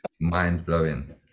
Mind-blowing